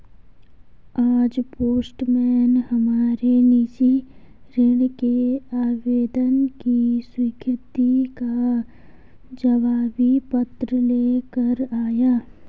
आज पोस्टमैन हमारे निजी ऋण के आवेदन की स्वीकृति का जवाबी पत्र ले कर आया